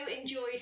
enjoyed